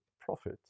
profit